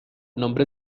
nombre